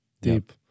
deep